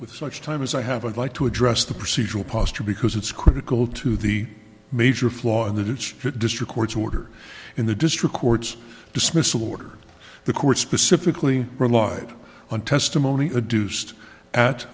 with such time as i have and like to address the procedural posture because it's critical to the major flaw in that it's district court's order in the district courts dismissal order the court specifically relied on testimony a